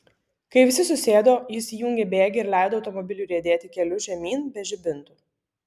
kai visi susėdo jis įjungė bėgį ir leido automobiliui riedėti keliu žemyn be žibintų